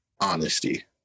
honesty